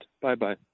Bye-bye